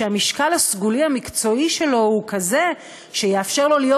שהמשקל הסגולי המקצועי שלו הוא כזה שיאפשר לו להיות